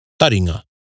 Taringa